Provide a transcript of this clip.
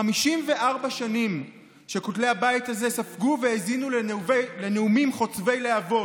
54 שנים שכותלי הבית הזה ספגו והאזינו לנאומים חוצבי להבות,